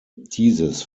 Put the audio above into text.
dieses